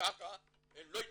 לקהילה הזאת.